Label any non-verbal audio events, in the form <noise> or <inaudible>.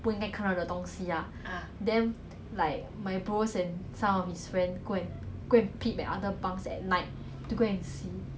my 姑姑 say !hannor! 难怪人家看到鬼 lah 应该是你们几个在那边这样 <laughs> then I laugh eh cause maybe